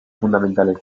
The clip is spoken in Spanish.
fundamentales